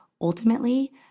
ultimately